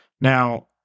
Now